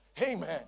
Amen